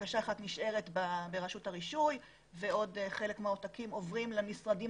בקשה אחת נשארת ברשות הרישוי ועוד חלק מהעותקים עוברים למשרדים